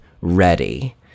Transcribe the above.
ready